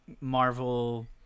Marvel